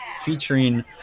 featuring